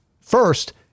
First